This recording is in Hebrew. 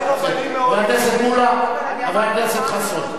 אני אעביר לך את הפרוטוקול.